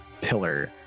pillar